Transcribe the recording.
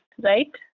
right